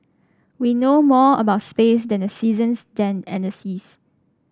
we know more about space than the seasons than and the seas